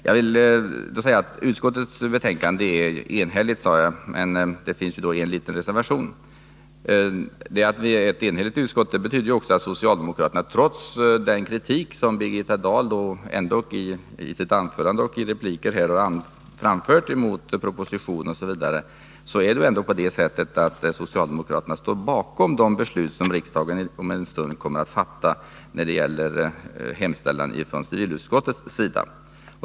Jag sade att utskottets betänkande är enhälligt, men det finns dock en liten reservation. Trots den kritik som Birgitta Dahl i sitt tal och i sina repliker här framfört mot propositionen, är det på det sättet att socialdemokraterna står bakom de beslut som civilutskottet i sin hemställan föreslår riksdagen att fatta.